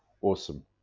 awesome